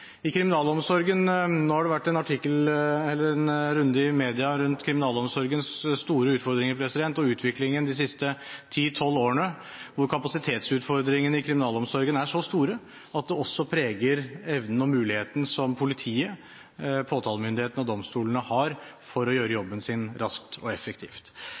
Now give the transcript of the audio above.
og kriminalomsorgen, er veldig store. Det er viktig at en ser sammenhengen. Nå har det vært en runde i mediene rundt kriminalomsorgens store utfordringer og utviklingen de siste ti–tolv årene. Kapasitetsutfordringene i kriminalomsorgen er så store at det også preger evnen og muligheten som politiet, påtalemyndigheten og domstolene har for å gjøre jobben sin raskt og effektivt.